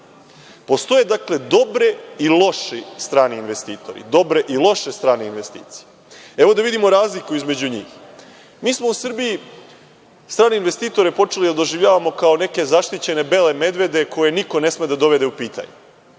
dobre i loše strane investicije. Da vidimo razliku između njih. Mi smo u Srbiji strane investitore počeli da doživljavamo kao neke zaštićene bele medvede koje niko ne sme da dovede u pitanje.